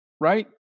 right